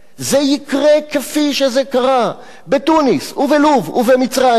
זה יקרה כפי שזה קרה בתוניסיה, ובלוב ובמצרים.